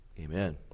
Amen